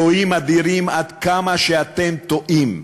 אלוהים אדירים, עד כמה שאתם טועים.